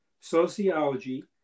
Sociology